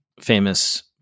famous